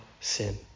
sin